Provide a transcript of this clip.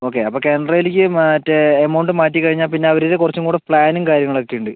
okay അപ്പം കാനറയിലേക്ക് മറ്റേ എമൗണ്ട് മാറ്റി കഴിഞ്ഞാൽ പിന്നെ അവരേൽ കുറച്ചും കൂടെ പ്ലാനും കാര്യങ്ങളൊക്കെ ഉണ്ട്